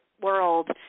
world